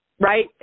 Right